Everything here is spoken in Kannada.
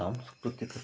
ಸಾಂಸ್ಕೃತಿಕತೆ